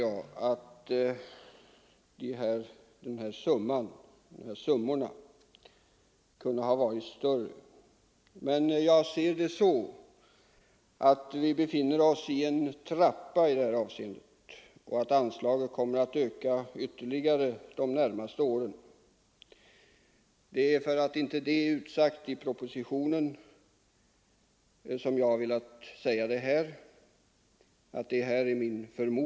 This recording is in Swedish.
Jag anser självfallet att dessa summor kunde ha varit större, men jag ser det så att vi befinner oss i en trappa i detta avseende och att anslagen kommer att öka ytterligare under de närmaste åren. Jag har velat säga att det är min förmodan, eftersom det inte är utsagt i propositionen.